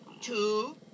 two